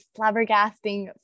flabbergasting